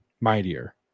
mightier